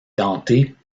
dentées